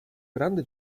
grande